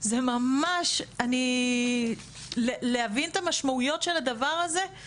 זה ממש, להבין את המשמעויות של הדבר הזה,